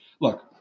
Look